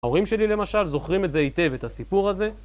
ההורים שלי למשל זוכרים את זה היטב, את הסיפור הזה.